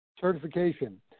certification